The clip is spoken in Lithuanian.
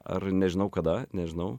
aš nežinau kada nežinau